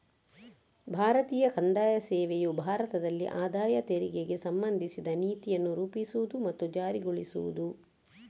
ಭಾರತೀಯ ಕಂದಾಯ ಸೇವೆಯು ಭಾರತದಲ್ಲಿ ಆದಾಯ ತೆರಿಗೆಗೆ ಸಂಬಂಧಿಸಿದ ನೀತಿಯನ್ನು ರೂಪಿಸುವುದು ಮತ್ತು ಜಾರಿಗೊಳಿಸುವುದು